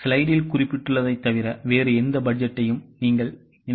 ஸ்லைடில் குறிப்பிடப்பட்டுள்ளதைத் தவிர வேறு எந்த பட்ஜெட்டையும் நீங்கள் நினைக்கிறீர்களா